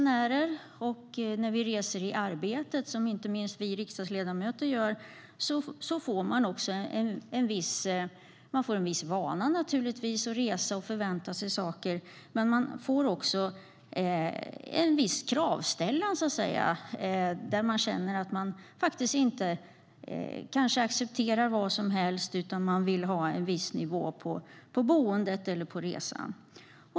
När man reser i arbetet, som inte minst vi riksdagsledamöter gör, får man en viss vana och börjar förvänta sig saker, och man börjar också själv ställa vissa krav. Man accepterar inte vad som helst utan vill ha en viss nivå på boendet eller resan.